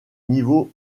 niveau